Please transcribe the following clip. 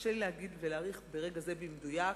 קשה לי להגיד ולהעריך ברגע זה במדויק.